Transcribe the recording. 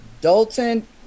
Dalton